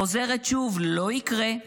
חוזרת שוב: לא יקרה";